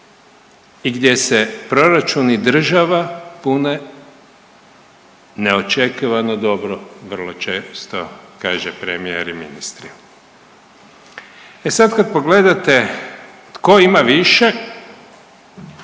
i gdje se proračuni država pune neočekivano dobro vrlo često kažu premijer i ministri. E sad kad pogledate tko ima više